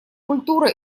культура